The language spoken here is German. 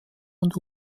und